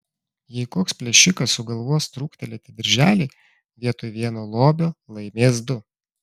jei koks plėšikas sugalvos truktelėti dirželį vietoj vieno lobio laimės du